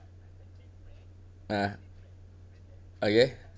ah okay